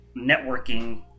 networking